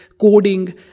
coding